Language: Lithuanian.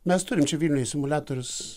mes turim čia vilniuj simuliatorius